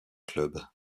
clubs